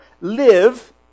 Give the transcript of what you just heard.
Live